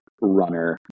runner